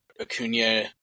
Acuna